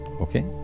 okay